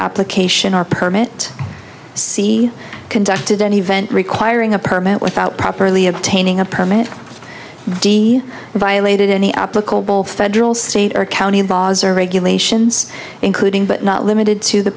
application or permit c conducted an event requiring a permit without properly obtaining a permit d violated any applicable federal state or county vas or regulations including but not limited to the